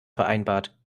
vereinbart